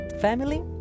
family